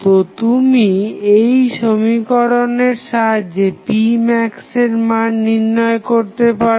তো তুমি এই সমীকরণের সাহায্যে p max এর মান নির্ণয় করতে পারো